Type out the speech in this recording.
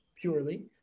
purely